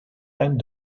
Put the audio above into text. and